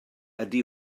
ydy